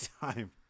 time